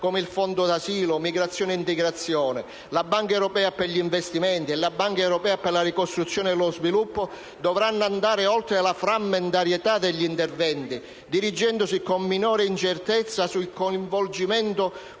come il Fondo asilo, migrazione e integrazione, la Banca europea per gli investimenti e la Banca europea per la ricostruzione e lo sviluppo dovranno andare oltre la frammentarietà degli interventi, dirigendosi con minore incertezza sul coinvolgimento